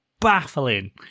baffling